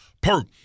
Perk